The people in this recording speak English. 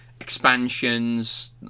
expansions